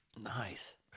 Nice